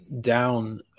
down